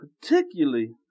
particularly